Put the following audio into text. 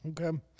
Okay